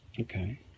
Okay